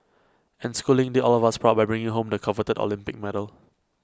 and schooling did all of us proud by bringing home the coveted Olympic medal